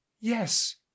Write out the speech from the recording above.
yes